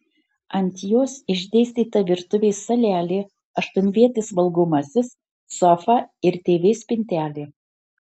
ant jos išdėstyta virtuvės salelė aštuonvietis valgomasis sofa ir tv spintelė